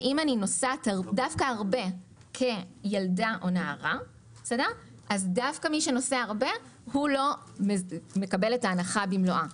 הבעיה שדווקא מי שנוסע הרבה כילד או נער לא מקבל את ההנחה במלואה.